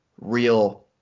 real